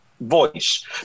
voice